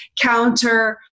counter